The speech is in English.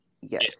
Yes